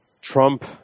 Trump